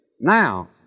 Now